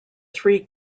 three